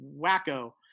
wacko